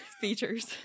features